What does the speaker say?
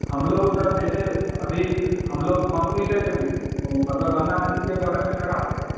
हम लोग सर जैसे अभी हम लोग पंपी सेट मतलब गंगा नदी के बगल में लगा देते हैं